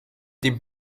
dem